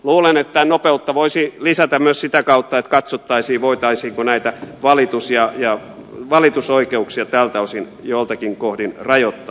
luulen että nopeutta voisi lisätä myös sitä kautta että katsottaisiin voitaisiinko näitä valitusoikeuksia tältä osin joltakin kohdin rajoittaa